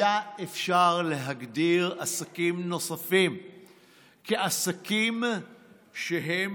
היה אפשר להגדיר עסקים נוספים כעסקים שהם